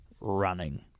running